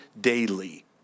daily